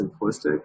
simplistic